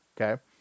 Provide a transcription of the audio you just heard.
Okay